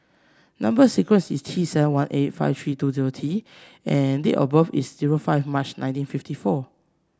number sequence is T seven one eight five three two zero T and date of birth is zero five March nineteen fifty four